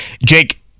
Jake